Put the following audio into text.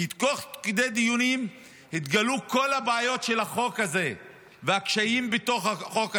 כי תוך כדי דיונים התגלו כל הבעיות של החוק הזה והקשיים בתוך החוק הזה.